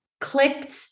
clicked